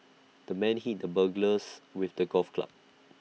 the man hit the burglars with the golf club